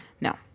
No